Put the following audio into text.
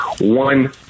one